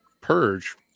purge